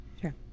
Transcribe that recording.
Sure